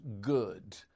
good